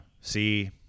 See